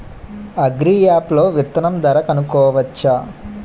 Agri app లో విత్తనం ధర కనుకోవచ్చా?